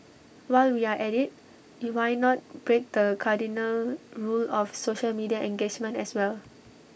while we are at IT you why not break the cardinal rule of social media engagement as well